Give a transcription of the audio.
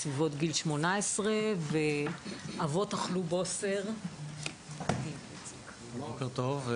בסביבות גיל 18. בוקר טוב.